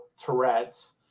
Tourette's